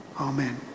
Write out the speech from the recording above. Amen